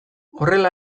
horrela